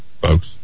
folks